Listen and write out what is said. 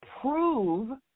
prove